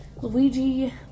Luigi